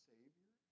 Savior